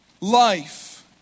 life